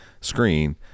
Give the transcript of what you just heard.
screen